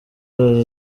zose